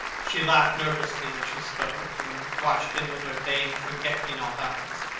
she laughed nervously as she spoke, and watched him with her vague forget-me-not eyes.